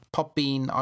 Popbean